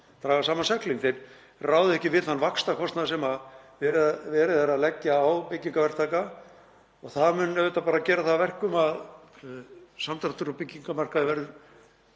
draga saman seglin. Þeir ráða ekki við þann vaxtakostnað sem verið er að leggja á byggingarverktaka. Það mun auðvitað gera það að verkum að samdráttur á byggingamarkaði verður